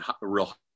real